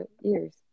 years